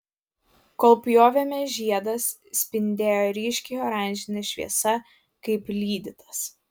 kol pjovėme žiedas spindėjo ryškiai oranžine šviesa kaip lydytas